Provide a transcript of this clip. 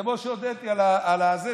כמו שהודיתי על זה,